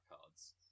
cards